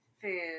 food